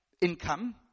income